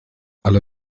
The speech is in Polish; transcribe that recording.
ale